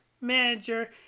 manager